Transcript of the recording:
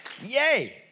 Yay